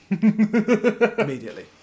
immediately